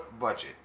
budget